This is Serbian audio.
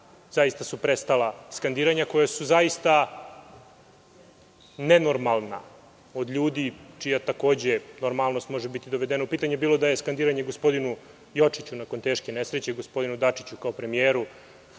zaista su prestala skandiranja, koja su zaista nenormalna od ljudi, čija takođe normalnost može biti dovedena u pitanje, bilo da je skandiranje gospodinu Jočiću nakon teške nesreće, gospodinu Dačiću kao premijeru,